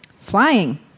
Flying